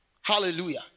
Hallelujah